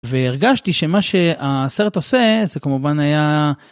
והרגשתי שמה שהסרט עושה זה כמובן היה.